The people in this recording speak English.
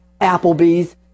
Applebee's